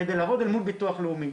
כדי לעבוד אל מול הביטוח הלאומי.